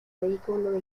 vehículo